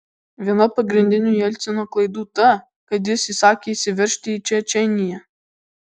viena pagrindinių jelcino klaidų ta kad jis įsakė įsiveržti į čečėniją